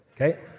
Okay